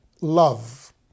love